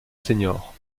sen